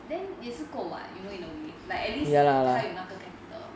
then 你是够啊因为 noris like at least 他有那个 capital